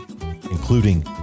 including